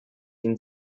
ihn